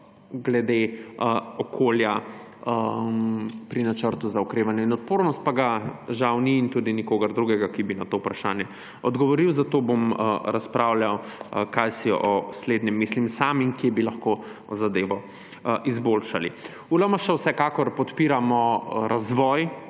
glede okolja pri Načrtu za okrevanje in odpornost, pa ga žal ni in tudi nikogar drugega, ki bi na to vprašanj odgovoril. Zato bom razpravljal, kaj si o slednjem mislim sam in kje bi lahko zadevo izboljšali. V LMŠ vsekakor podpiramo razvoj